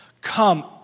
come